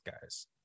guys